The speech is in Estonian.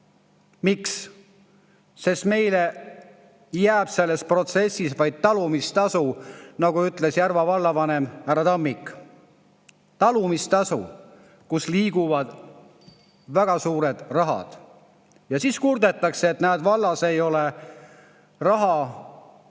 Miks? Sest meile jääb selles protsessis vaid talumistasu, nagu ütles Järva vallavanem härra Tammik. Talumistasu puhul liiguvad väga suured rahad ja siis kurdetakse, et näed, vallas ei ole raha